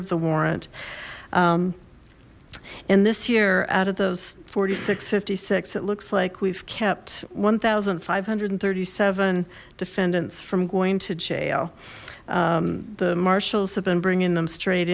of the warrant and this year out of those forty six fifty six it looks like we've kept one thousand five hundred and thirty seven defendants from going to jail the marshals have been bringing them straight